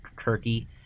Turkey